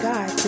God